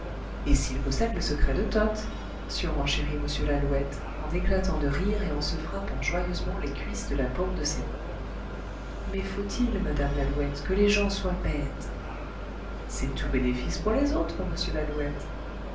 et s'il possède le secret de toth surenchérit m lalouette en éclatant de rire et en se frappant joyeusement les cuisses de la paume de ses mains mais faut-il madame lalouette que les gens soient bêtes c'est tout bénéfice pour les autres monsieur lalouette